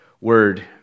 Word